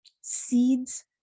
Seeds